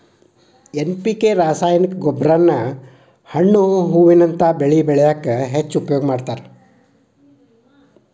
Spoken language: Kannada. ಎನ್.ಪಿ.ಕೆ ರಾಸಾಯನಿಕ ಗೊಬ್ಬರಾನ ಹಣ್ಣು ಹೂವಿನಂತ ಬೆಳಿ ಬೆಳ್ಯಾಕ ಹೆಚ್ಚ್ ಉಪಯೋಗಸ್ತಾರ